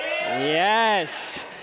Yes